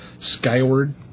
Skyward